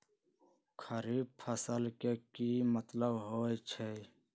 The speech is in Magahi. खरीफ फसल के की मतलब होइ छइ?